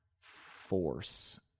force